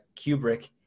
Kubrick